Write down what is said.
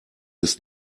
ist